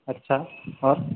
اچھا اور